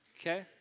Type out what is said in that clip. Okay